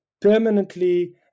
permanently